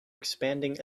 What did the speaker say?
expanding